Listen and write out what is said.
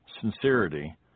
sincerity